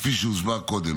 כפי שהוסבר קודם.